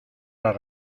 las